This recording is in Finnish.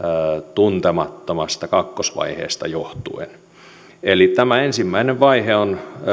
tuntemattomasta kakkosvaiheesta johtuen tämä ensimmäinen vaihe on